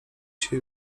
się